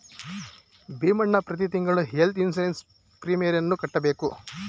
ಭೀಮಣ್ಣ ಪ್ರತಿ ತಿಂಗಳು health insurance ಪ್ರೀಮಿಯಮನ್ನು ಕಟ್ಟಬೇಕು